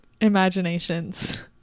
imaginations